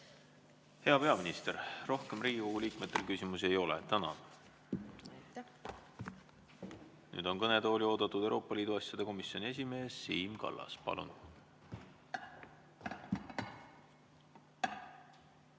Hea peaminister! Rohkem Riigikogu liikmetel küsimusi ei ole. Nüüd on kõnetooli oodatud Euroopa Liidu asjade komisjoni esimees Siim Kallas. Palun!